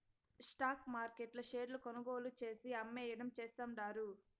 stock మార్కెట్ల షేర్లు కొనుగోలు చేసి, అమ్మేయడం చేస్తండారు